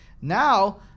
Now